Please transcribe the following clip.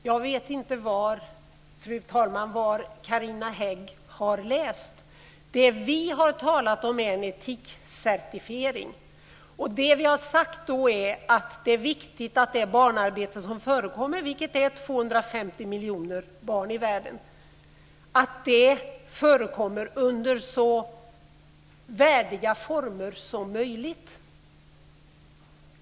Fru talman! Jag vet inte vad Carina Hägg har läst. Det vi har talat om är en etikcertifiering. Vi har då sagt att det är viktigt att det barnarbete som förekommer - det handlar om 250 miljoner barn i världen - sker under så värdiga former som möjligt.